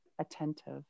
attentive